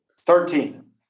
Thirteen